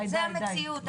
זאת המציאות,